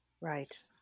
Right